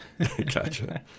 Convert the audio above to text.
gotcha